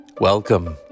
Welcome